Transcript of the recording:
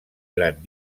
gran